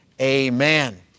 Amen